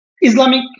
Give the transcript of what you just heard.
Islamic